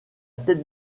tête